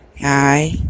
Hi